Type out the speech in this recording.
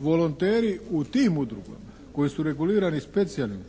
Volonteri u tim udrugama koji su regulirani specijalnim